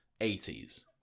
80s